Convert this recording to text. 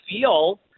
feel